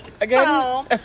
Again